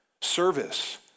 Service